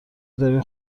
داری